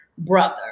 Brother